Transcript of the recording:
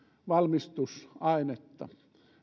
valmistusainetta